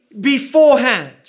beforehand